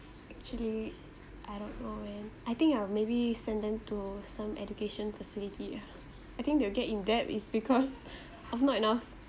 actually I don't know man I think I'll maybe send them to some education facility yeah I think they'll get in debt is because of not enough